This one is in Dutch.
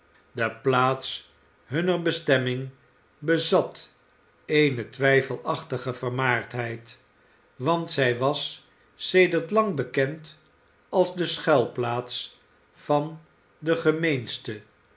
de plaats hunner bestemming bezat eene twijfelachtige vermaardheid want zij was sedert lang bekend als de schuilplaats van de gemeenste